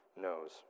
knows